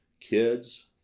kids